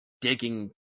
digging